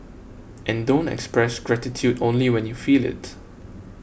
and don't express gratitude only when you feel it